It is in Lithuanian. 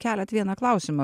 keliat vieną klausimą